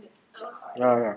ya ya